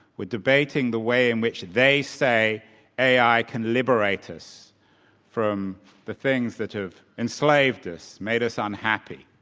we're debating the way in which they say ai can liberate us from the things that have enslaved us, made us unhappy,